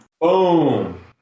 Boom